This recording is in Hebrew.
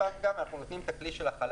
להזכירכם, אנחנו נותנים את הכלי של החל"ת.